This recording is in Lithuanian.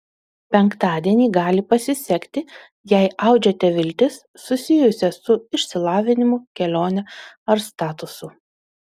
penktadienį gali pasisekti jei audžiate viltis susijusias su išsilavinimu kelione ar statusu